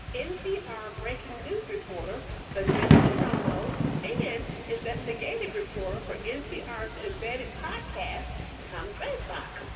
npr breaking news reporter but vanessa romo and investigative reporter for npr's embedded podcast tom dreisbach.